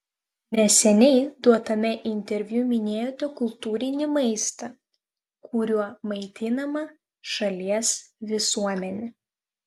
neseniai duotame interviu minėjote kultūrinį maistą kuriuo maitinama šalies visuomenė